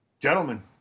Gentlemen